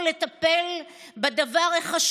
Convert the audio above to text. לליכוד מכאן עד